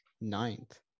ninth